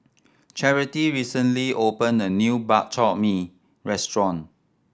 Charity recently opened a new Bak Chor Mee restaurant